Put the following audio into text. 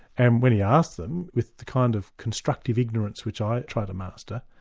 and when he asked them, with the kind of constructive ignorance which i try to master,